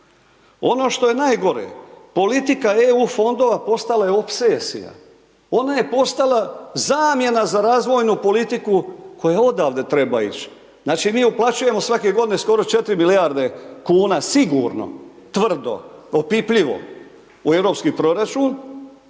Ono što je najgore, politika EU fondova postala je opsesija, ona je postala zamjena za razvojnu politiku koja odavde treba ići. Znači, mi uplaćujemo svake godine skoro 4 milijarde kuna, sigurno, tvrdo, opipljivo u europski proračun,